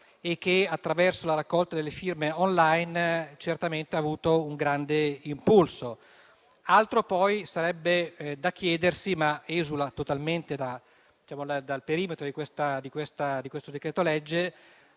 e che, attraverso la raccolta delle firme *online,* ha certamente avuto un grande impulso. Altro poi sarebbe chiedersi - ma esula totalmente dal perimetro del decreto-legge